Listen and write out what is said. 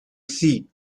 seat